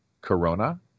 corona